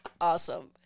awesome